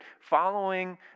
following